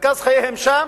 מרכז חייהם שם,